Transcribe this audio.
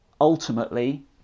ultimately